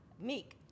Meek